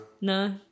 No